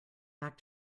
back